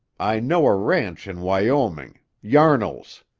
i know a ranch in wyoming yarnall's.